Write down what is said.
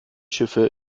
schiffe